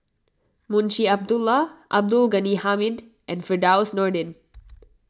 Munshi Abdullah Abdul Ghani Hamid and Firdaus Nordin